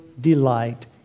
delight